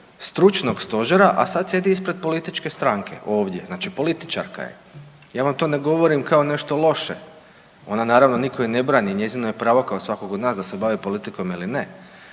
stručnog stožera, a sad sjedi ispred političke stranke ovdje, znači političarka je. Ja vam to ne govorim kao nešto loše, ona naravno i nitko joj ne brani, njezino je pravo kao svakog od nas da se bavi politikom ili,